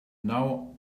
now